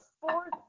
fourth